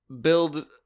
build